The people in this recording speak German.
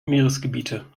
meeresgebiete